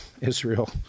Israel